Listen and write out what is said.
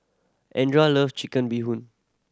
Andra love Chicken Bee Hoon